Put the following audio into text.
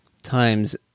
Times